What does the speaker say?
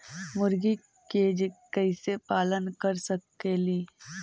मुर्गि के कैसे पालन कर सकेली?